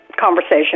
conversation